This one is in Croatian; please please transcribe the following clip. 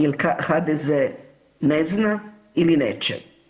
Jer HDZ ne zna ili neće?